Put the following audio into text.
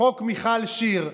"חוק מיכל שיר",